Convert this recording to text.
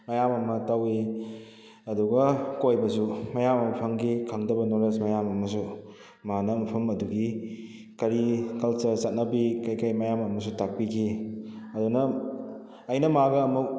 ꯃꯌꯥꯝ ꯑꯃ ꯇꯧꯏ ꯑꯗꯨꯒ ꯀꯣꯏꯕꯁꯨ ꯃꯌꯥꯝ ꯑꯃ ꯐꯪꯈꯤ ꯈꯪꯗꯕ ꯅꯣꯂꯦꯖ ꯃꯌꯥꯝ ꯑꯃꯁꯨ ꯃꯥꯅ ꯃꯐꯝ ꯑꯗꯨꯒꯤ ꯀꯔꯤ ꯀꯜꯆꯔ ꯆꯠꯅꯕꯤ ꯀꯔꯤ ꯀꯔꯤ ꯃꯌꯥꯝ ꯑꯃꯁꯨ ꯇꯥꯛꯄꯤꯈꯤ ꯑꯗꯨꯅ ꯑꯩꯅ ꯃꯥꯒ ꯑꯃꯨꯛ